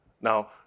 Now